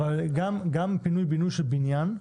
אבל גם תוכנית של פינוי-בינוי של בניין,